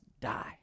die